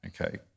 okay